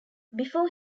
before